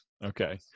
Okay